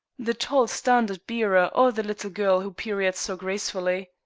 the tall standard bearer or the little girl who pirouettes so gracefully?